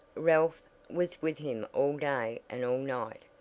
ralph was with him all day and all night.